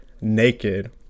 naked